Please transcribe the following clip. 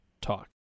talk